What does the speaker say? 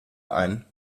ein